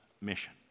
mission